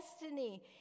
destiny